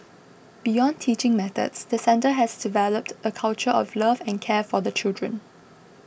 beyond teaching methods the centre has developed a culture of love and care for the children